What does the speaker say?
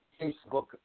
Facebook